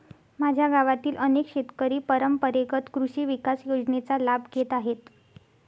माझ्या गावातील अनेक शेतकरी परंपरेगत कृषी विकास योजनेचा लाभ घेत आहेत